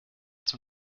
zum